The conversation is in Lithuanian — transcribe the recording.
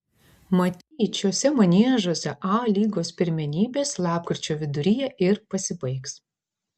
matyt šiuose maniežuose a lygos pirmenybės lapkričio viduryje ir pasibaigs